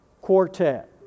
quartet